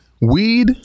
Weed